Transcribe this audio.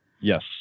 Yes